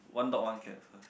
one dog one cat first